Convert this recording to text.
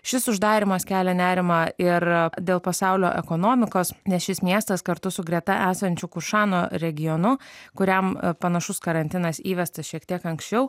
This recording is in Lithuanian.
šis uždarymas kelia nerimą ir dėl pasaulio ekonomikos nes šis miestas kartu su greta esančiu kušano regionu kuriam panašus karantinas įvestas šiek tiek anksčiau